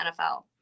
NFL